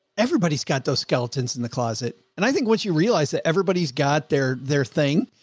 everybody's got those skeletons in the closet. and i think once you realize that everybody's got their, their thing,